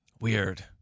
Weird